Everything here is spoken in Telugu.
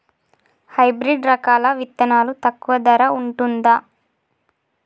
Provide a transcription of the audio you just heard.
హైబ్రిడ్ రకాల విత్తనాలు తక్కువ ధర ఉంటుందా?